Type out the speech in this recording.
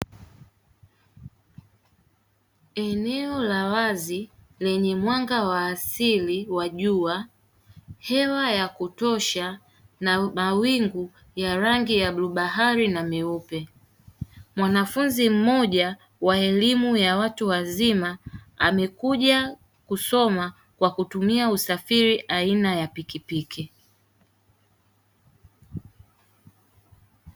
Eneo la wazi lenye mwanga wa asili wa jua, hewa ya kutosha na mawingu ya rangi ya bluu bahari na meupe. Mwanafunzi mmoja wa elimu ya watu wazima amekuja kusoma kwa kutumia usafiri aina ya pikipiki.